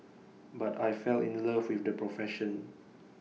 but I fell in love with the profession